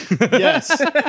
Yes